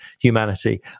humanity